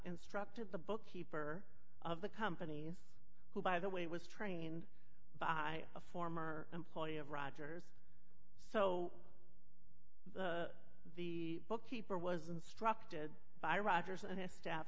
instructed the book keeper of the companies who by the way was trained by a former employee of rogers so the the bookkeeper was instructed by rogers